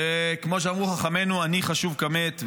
וכמו שאמרו חכמינו: "עני חשוב כמת".